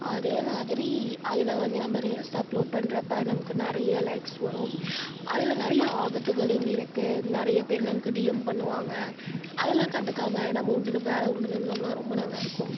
அதேமாதிரி அதில் வந்து நம்ம ரீல்ஸ் அப்லோட் பண்ணுறப்ப நமக்கு நிறைய லைக்ஸ் வரும் அதில் நிறைய ஆபத்துகளும் இருக்குது நிறைய பேர் நமக்கு டிஎம் பண்ணுவாங்க அதெல்லாம் கண்டுக்காமல் நம்ம உண்டு நம்ம வேலை உண்டுன்னு இருந்தோம்னால் ரொம்ப நல்லாயிருக்கும்